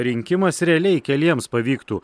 rinkimas realiai keliems pavyktų